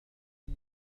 مني